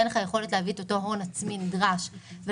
שאין לך יכולת להביא את אותו הון עצמי נדרש אתה